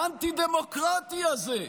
האנטי-דמוקרטי הזה,